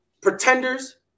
pretenders